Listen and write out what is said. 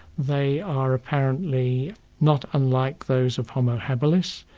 they are apparently not unlike those of homo habilis,